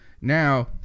Now